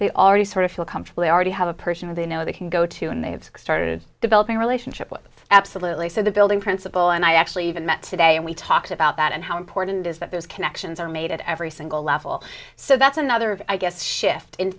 they already sort of feel comfortable they already have a person or they know they can go to and they have started developing a relationship with absolutely so the building principal and i actually even met today and we talked about that and how important is that those connections are made every single level so that's another i guess shift